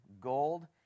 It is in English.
gold